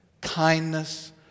kindness